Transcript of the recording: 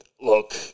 look